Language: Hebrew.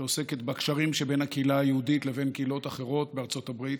שעוסקת בקשרים שבין הקהילה היהודית לבין קהילות אחרות בארצות הברית.